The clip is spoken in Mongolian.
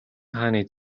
хааны